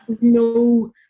no